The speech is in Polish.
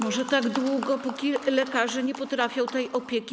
Może tak długo, póki lekarze nie będą potrafili tej opieki.